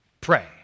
pray